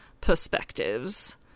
perspectives